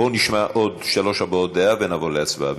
בואו נשמע עוד שלוש הבעות דעה ונעבור להצבעה.